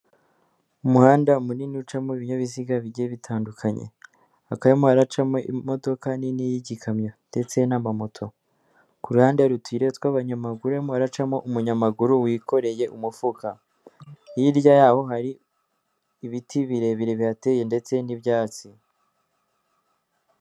Umuhanda munini ucamo ibinyabiziga bitandukanye, hakaba harimo imodoka nini y'igikamyo ndetse n'amamoto. Ku ruhande utuyira tw'abanyamaguru, harimo umunyamaguru wikoreye umufuka. Hirya yaho hari ibiti birebire bihateye ndetse n'ibyatsi